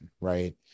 Right